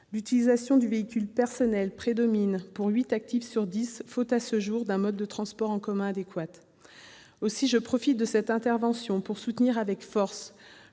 L'utilisation du véhicule personnel prédomine pour huit actifs sur dix, faute, à ce jour, d'un mode de transport en commun adéquat. Aussi, je profite de cette intervention pour soutenir avec force